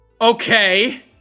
Okay